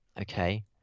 Okay